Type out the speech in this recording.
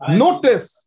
notice